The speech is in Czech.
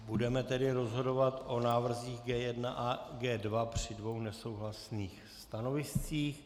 Budeme tedy rozhodovat o návrzích G1 a G2 při dvou nesouhlasných stanoviscích.